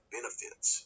benefits